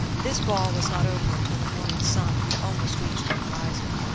this ball was not over until the morning sun had almost reached the horizon.